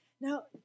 Now